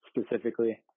specifically